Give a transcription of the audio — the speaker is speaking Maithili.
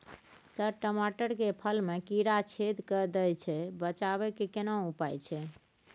सर टमाटर के फल में कीरा छेद के दैय छैय बचाबै के केना उपाय छैय?